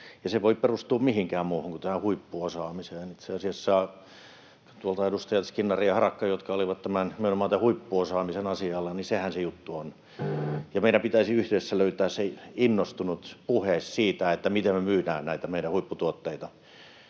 ei voi perustua mihinkään muuhun kuin tähän huippuosaamiseen. Itse asiassa edustajat Skinnari ja Harakka olivat nimenomaan tämän huippuosaamisen asialla, ja sehän se juttu on. Meidän pitäisi yhdessä löytää se innostunut puhe siitä, miten me myydään näitä meidän huipputuotteita,